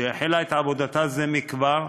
שהחלה את עבודתה זה כבר,